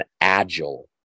agile